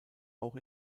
auch